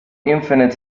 infinite